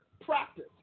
practice